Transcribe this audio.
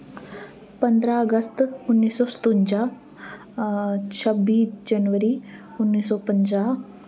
पंदरा अगस्त उ'न्नी सौ सतुंजा छब्बी जनवरी उ'न्नी सौ पंजाह्